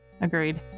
Agreed